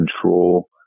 control